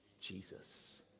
Jesus